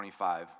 25